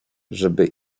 żeby